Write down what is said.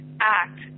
act